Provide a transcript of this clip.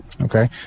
okay